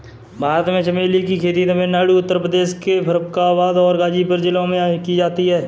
भारत में चमेली की खेती तमिलनाडु उत्तर प्रदेश के फर्रुखाबाद और गाजीपुर जिलों में की जाती है